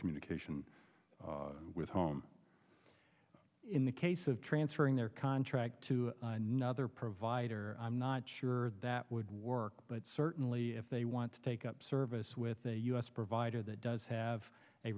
communication with home in the case of transferring their contract to another provider i'm not sure that would work but certainly if they want to take up service with a u s provider that does have a